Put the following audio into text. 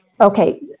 Okay